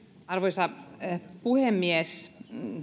arvoisa puhemies